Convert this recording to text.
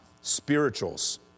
spirituals